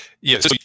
Yes